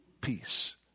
peace